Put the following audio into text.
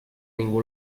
ningú